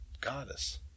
goddess